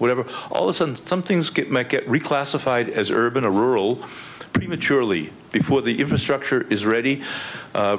whatever all this and some things get make it reclassified as urban a rural prematurely before the infrastructure is ready